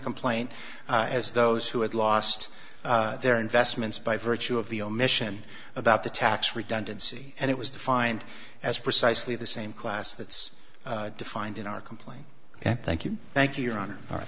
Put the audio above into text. complaint as those who had lost their investments by virtue of the omission about the tax redundancy and it was defined as precisely the same class that's defined in our complaint and thank you thank you your honor